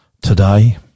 today